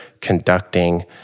conducting